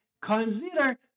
consider